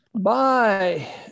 Bye